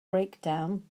breakdown